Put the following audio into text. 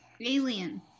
Alien